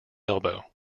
elbow